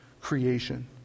Creation